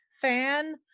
fan